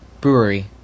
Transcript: Brewery